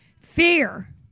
Fear